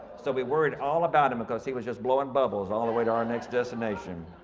so we worried all about him because he was just blowing bubbles all the way to our next destination.